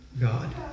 God